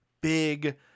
big